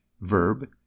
Verb